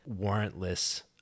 warrantless